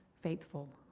faithful